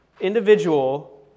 individual